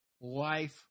life